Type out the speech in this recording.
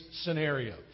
scenario